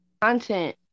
content